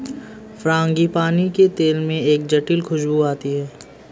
frangipani के तेल में एक जटिल खूशबू आती है